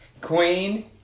queen